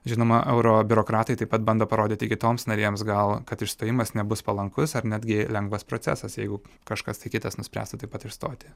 žinoma euro biurokratai taip pat bando parodyti kitoms narėms gal kad išstojimas nebus palankus ar netgi lengvas procesas jeigu kažkas tai kitas nuspręstų taip pat išstoti